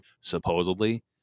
supposedly